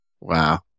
Wow